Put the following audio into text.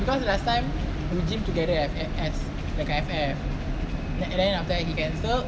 because last time we gym together at F_F dekat F_F and then after that he cancel